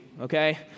okay